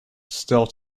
still